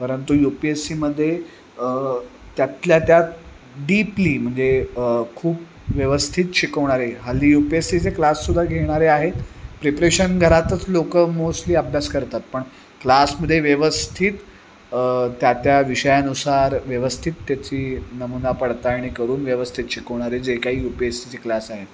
परंतु U P S सीमध्ये त्यातल्या त्यात डीपली म्हणजे खूप व्यवस्थित शिकवणारे हाली यू पी एस सीचे क्लास सुद्धा घेणारे आहेत प्रिपरेशन घरातच लोक मोस्टली अभ्यास करतात पण क्लासमध्ये व्यवस्थित त्या त्या विषयानुसार व्यवस्थित त्याची नमूना पडताळणी करून व्यवस्थित शिकवणारे जे काही यू पी एस सीचे क्लास आहेत